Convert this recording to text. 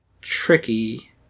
Tricky